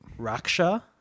Raksha